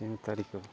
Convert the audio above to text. ତିନି ତାରିଖ